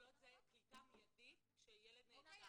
כל עוד זה קליטה מיידית כשילד נעצר.